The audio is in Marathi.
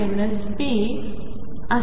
असावे